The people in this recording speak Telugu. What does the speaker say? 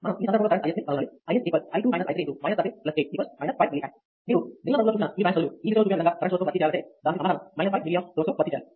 మనం ఈ సందర్భంలో కరెంట్ I x ని కనుగొనాలి I x i 2 i 3 13 8 5 mA మీరు నీలం రంగులో చూపిన ఈ బ్రాంచ్ బదులు ఈ దిశలో చూపిన విధంగా కరెంట్ సోర్స్ తో భర్తీ చేయాలంటే దానికి సమాధానం 5 mA సోర్స్ తో భర్తీ చేయాలి